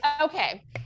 Okay